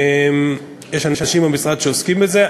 יש אנשים במשרד שעוסקים בזה.